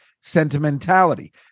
sentimentality